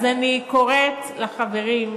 אז אני קוראת לחברים,